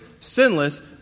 sinless